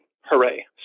Hooray